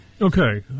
Okay